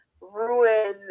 ruin